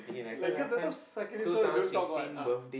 like cause that time secondary school we don't talk what ah